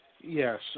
Yes